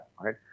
right